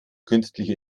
künstliche